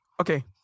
Okay